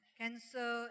cancer